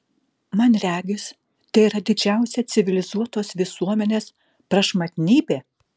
man regis tai yra didžiausia civilizuotos visuomenės prašmatnybė